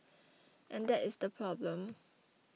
and that is the problem